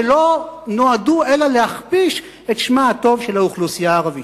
שלא נועדו אלא להכפיש את שמה הטוב של האוכלוסייה הערבית.